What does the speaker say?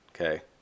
okay